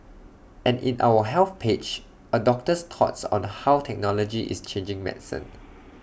and in our health page A doctor's thoughts on the how technology is changing medicine